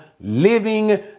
living